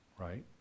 right